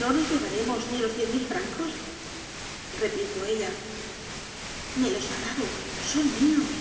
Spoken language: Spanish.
no nos llevaremos ni los diez mil francos replicó ella me los ha dado son míos